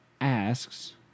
asks